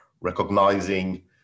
recognizing